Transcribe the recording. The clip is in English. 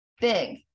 big